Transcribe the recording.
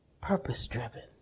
purpose-driven